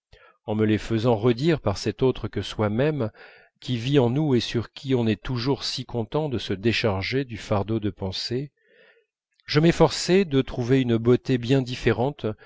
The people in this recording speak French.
en me les faisant redire par cet autre que soi-même qui vit en nous et sur qui on est toujours si content de se décharger du fardeau de penser je m'efforçais de trouver une beauté bien différente